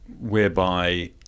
whereby